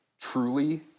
truly